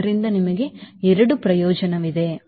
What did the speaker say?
ಆದ್ದರಿಂದ ನಿಮಗೆ ಎರಡು ಪ್ರಯೋಜನವಿದೆ